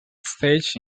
stage